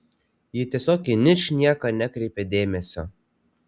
ji tiesiog į ničnieką nekreipė dėmesio